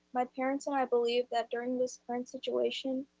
my parents and i believe that during this current situation,